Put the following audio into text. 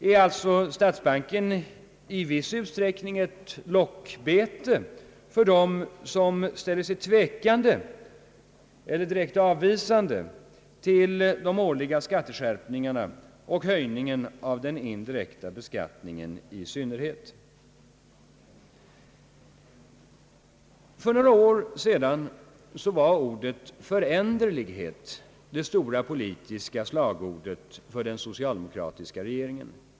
Är alltså statsbanken i viss utsträckning ett lockbete för dem som ställer sig tvekande eller direkt avvisande till de årliga skatteskärpningarna och höjningen av den indirekta beskattningen i synnerhet? För några år sedan var ordet »föränderlighet« det stora politiska slagordet för den socialdemokratiska regeringen.